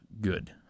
good